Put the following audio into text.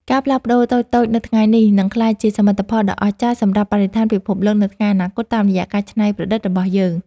ការផ្លាស់ប្ដូរតូចៗនៅថ្ងៃនេះ នឹងក្លាយជាសមិទ្ធផលដ៏អស្ចារ្យសម្រាប់បរិស្ថានពិភពលោកនៅថ្ងៃអនាគតតាមរយៈការច្នៃប្រឌិតរបស់យើង។